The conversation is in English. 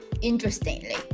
Interestingly